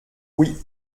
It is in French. oui